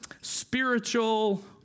spiritual